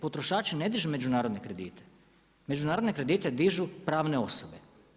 Potrošači ne dižu međunarodne kredite, međunarodne kredite dižu pravne osobe.